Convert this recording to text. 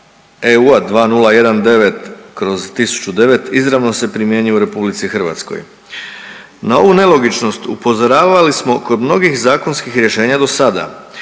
EU 2019/1009 izravno se primjenjuje u RH. Na ovu nelogičnost upozoravali smo kod mnogih zakonskih rješenja dosada,